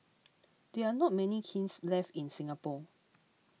there are not many kilns left in Singapore